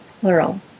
plural